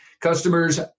customers